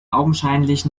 augenscheinlich